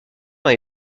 dans